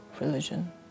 religion